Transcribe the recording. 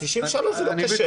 אבל 93% זה לא קשה,